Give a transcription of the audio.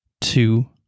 two